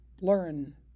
learn